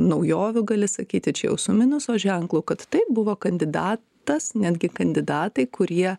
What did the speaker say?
naujovių gali sakyti čia jau su minuso ženklu kad taip buvo kandidatas netgi kandidatai kurie